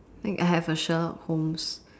think I have a Sherlock-Holmes